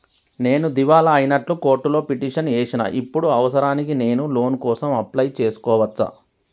నేను దివాలా అయినట్లు కోర్టులో పిటిషన్ ఏశిన ఇప్పుడు అవసరానికి నేను లోన్ కోసం అప్లయ్ చేస్కోవచ్చా?